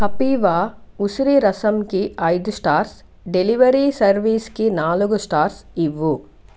కపీవ ఉసిరి రసంకి ఐదు స్టార్స్ డెలివరీ సర్వీస్కి నాలుగు స్టార్స్ ఇవ్వు